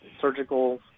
surgical